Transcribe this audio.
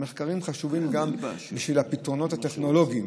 והמחקרים חשובים גם בשביל הפתרונות הטכנולוגיים.